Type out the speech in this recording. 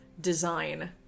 design